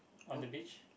on the beach